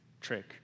trick